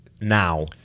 Now